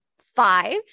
Five